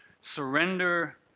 Surrender